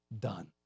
done